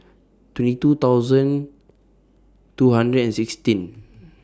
twenty two thousand two hundred and sixteen